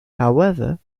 however